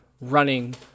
running